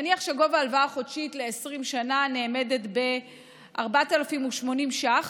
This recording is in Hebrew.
נניח שגובה הלוואה חודשית ל-20 שנה נאמד ב-4,080 שקלים.